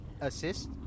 assist